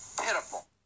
Pitiful